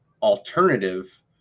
alternative